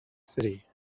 city